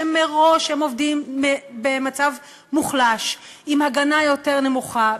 שמראש הם עובדים במצב מוחלש עם הגנה מאוד נמוכה,